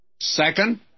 Second